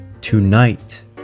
Tonight